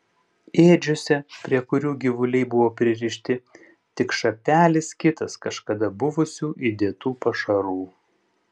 ėdžiose prie kurių gyvuliai buvo pririšti tik šapelis kitas kažkada buvusių įdėtų pašarų